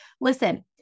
Listen